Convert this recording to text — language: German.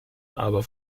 aber